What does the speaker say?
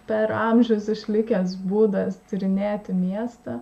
per amžius išlikęs būdas tyrinėti miestą